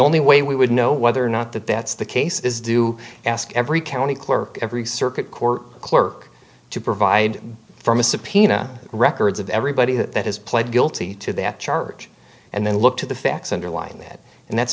only way we would know whether or not that that's the case is do ask every county clerk every circuit court clerk to provide from a subpoena records of everybody that has pled guilty to that charge and then look to the facts underlying that and that's